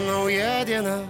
nauja diena